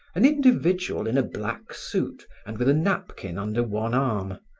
an individual in black suit and with a napkin under one arm,